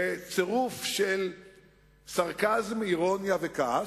ובזה אני מסיים, בצירוף של סרקזם, אירוניה וכעס,